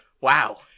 wow